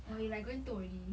!wah! you like going toh already